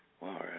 wow